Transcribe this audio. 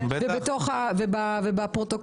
כן, בוודאי